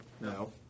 No